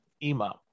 Ima